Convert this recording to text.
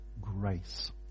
grace